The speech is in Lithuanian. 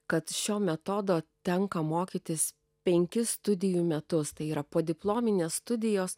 kad šio metodo tenka mokytis penkis studijų metus tai yra podiplominės studijos